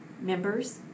members